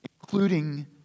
including